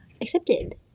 accepted